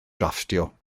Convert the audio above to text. drafftio